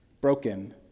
broken